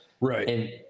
Right